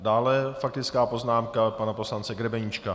Dále faktická poznámka pana poslance Grebeníčka.